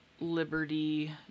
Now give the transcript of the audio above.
Liberty